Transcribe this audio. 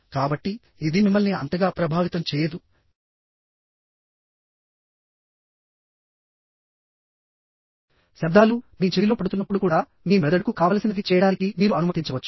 కాబట్టి ఇది మిమ్మల్ని అంతగా ప్రభావితం చేయదు శబ్దాలు మీ చెవిలో పడుతున్నప్పుడు కూడా మీ మెదడుకు కావలసినది చేయడానికి మీరు అనుమతించవచ్చు